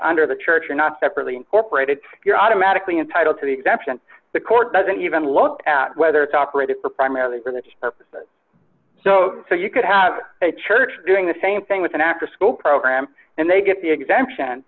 under the church or not separately or paraded you're automatically entitled to the exemption the court doesn't even look at whether it's operated for primarily for that purpose so you could have a church doing the same thing with an afterschool program and they get the exemption